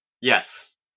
Yes